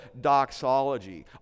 doxology